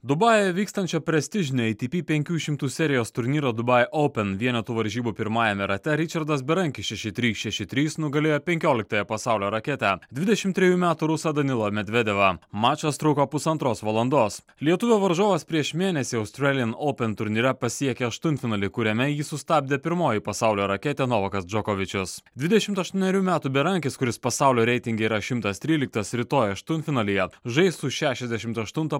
dubajuje vykstančio prestižinio ei ti pi penkių šimtų serijos turnyro dubai oupen vienetų varžybų pirmajame rate ričardas berankis šeši trys šeši trys nugalėjo penkioliktąją pasaulio raketę dvidešimt trejų metų rusą danilą medvedevą mačas truko pusantros valandos lietuvio varžovas prieš mėnesį australijan oupen turnyre pasiekė aštuntfinalį kuriame jį sustabdė pirmoji pasaulio raketė novakas džokovičius dvidešimt ašuonerių metų berankis kuris pasaulio reitinge yra šimtas tryliktas rytoj aštuntfinalyje žais su šešiasdešimt aštuntą